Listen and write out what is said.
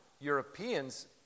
Europeans